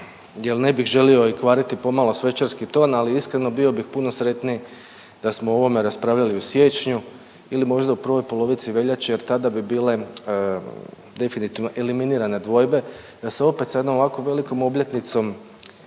jer ne bih želio i kvariti i pomalo svečarski ton ali iskreno bio bih puno sretniji da smo o ovome raspravljali u siječnju ili možda prvoj polovici veljače jer tada bi bile definitivno eliminirane dvojbe da se opet sa jedno ovako velikom obljetnicom